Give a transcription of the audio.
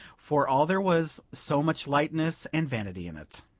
for all there was so much lightness and vanity in it.